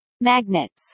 Magnets